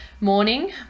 morning